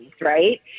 right